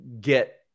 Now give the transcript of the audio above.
get